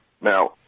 Now